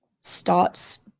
starts